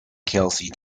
kelsey